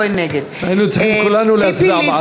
היינו צריכים כולנו להצביע בעדו.